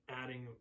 adding